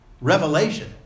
Revelation